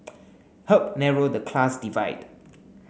help narrow the class divide